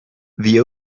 the